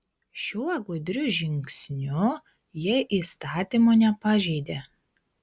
šiuo gudriu žingsniu jie įstatymo nepažeidė